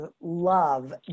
love